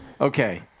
Okay